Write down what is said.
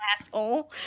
Asshole